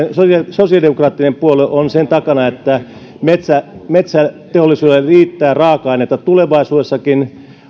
sosiaalidemokraattinen puolue on sen takana että metsäteollisuudelle riittää raaka ainetta tulevaisuudessakin